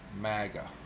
MAGA